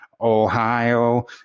Ohio